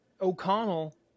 O'Connell